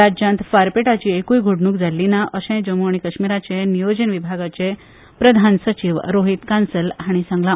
राज्यांत फारपेटाची एकूय घडणूक जाल्ली ना अशेंय जम्मू आनी कश्मीराचे नियोजन विभागाचे प्रधान सचीव रोहीत कांसल हांणी सांगलो